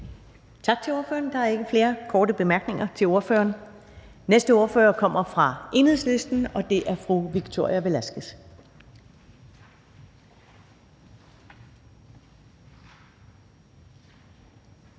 Tak til ordføreren. Der er ikke nogen korte bemærkninger til ordføreren. Den næste ordfører kommer fra Dansk Folkeparti, og det er hr. René Christensen.